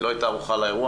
היא לא הייתה ערוכה לאירוע,